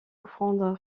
offrandes